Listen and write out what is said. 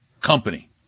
company